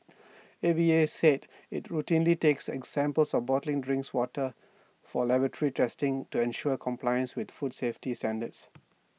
A V A said IT routinely takes examples of bottling drinks water for laboratory testing to ensure compliance with food safety standards